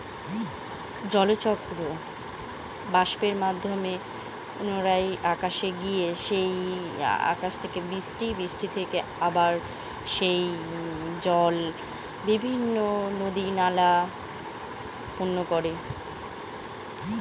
প্রকৃতিতে যেভাবে জলের ডিস্ট্রিবিউশন আছে